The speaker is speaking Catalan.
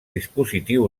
dispositiu